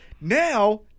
Now